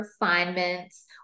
refinements